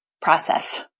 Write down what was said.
process